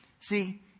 See